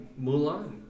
Mulan